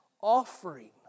offering